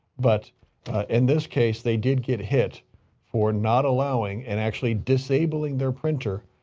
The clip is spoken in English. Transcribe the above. but in this case they did get hit for not allowing and actually disabling their printer.